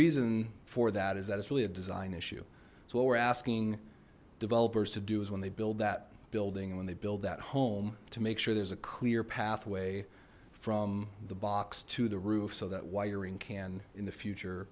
reason for that is that it's really a design issue so what we're asking developers to do is when they build that building when they build that home to make sure there's a clear pathway from the box to the roof so that wiring can in the future